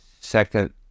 second